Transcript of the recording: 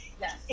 yes